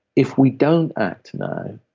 if we don't act now,